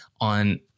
on